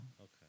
Okay